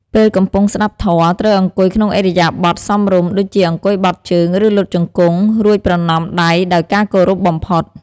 ពេលកំពុងស្តាប់ធម៌ ត្រូវអង្គុយក្នុងឥរិយាបថសមរម្យ ដូចជាអង្គុយបត់ជើង ឬលុតជង្គង់ រួចប្រណម្យដៃដោយការគោរពបំផុត។